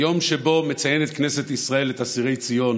ביום שבו מציינת כנסת ישראל את אסירי ציון